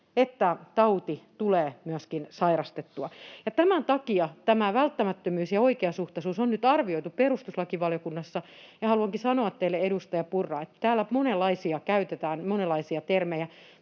että tauti tulee myöskin sairastettua. Tämän takia välttämättömyys ja oikeasuhtaisuus on nyt arvioitu perustuslakivaliokunnassa, ja haluankin sanoa teille, edustaja Purra, kun täällä käytetään monenlaisia termejä — mikä